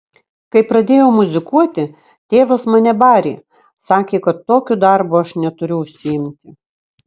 kai pradėjau muzikuoti tėvas mane barė sakė kad tokiu darbu aš neturiu užsiimti